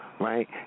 right